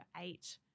eight